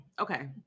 okay